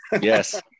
Yes